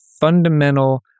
fundamental